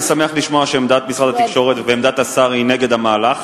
אני שמח לשמוע שעמדת משרד התקשורת ועמדת השר היא נגד המהלך.